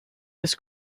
his